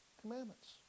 commandments